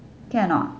ya hor